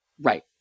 Right